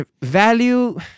Value